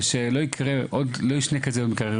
ולא ישנה כזה מקרה.